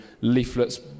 leaflets